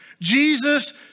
Jesus